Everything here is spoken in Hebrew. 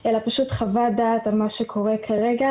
אלא פשוט חוות דעת על מה שקורה כרגע